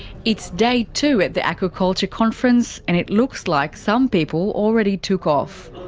it's day two at the aquaculture conference, and it looks like some people already took off.